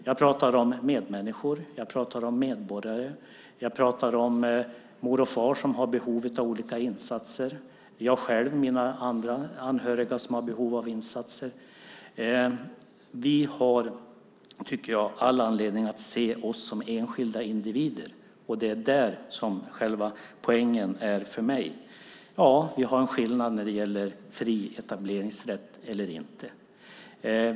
Jag pratar om medmänniskor och medborgare. Jag pratar om mor och far, som har behov av olika insatser. Jag själv och mina anhöriga har också behov av insatser. Vi har, tycker jag, all anledning att se oss som enskilda individer, och det är där själva poängen ligger för mig. Ja, det finns en skillnad när det gäller fri etableringsrätt eller inte.